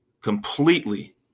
completely